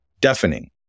deafening